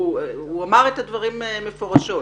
הוא אמר את הדברים מפורשות.